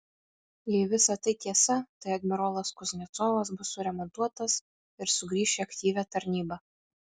jei visa tai tiesa tai admirolas kuznecovas bus suremontuotas ir sugrįš į aktyvią tarnybą